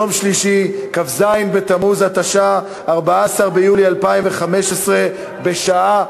אני קובע שהצעת חוק ההוצאה לפועל (תיקון מס' 47 והוראת שעה)